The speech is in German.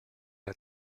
der